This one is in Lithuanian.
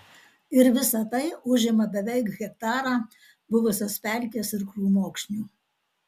ir visa tai užima beveik hektarą buvusios pelkės ir krūmokšnių